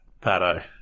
Pato